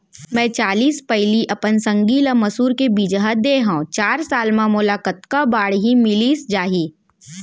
मैं चालीस पैली अपन संगी ल मसूर के बीजहा दे हव चार साल म मोला कतका बाड़ही मिलिस जाही?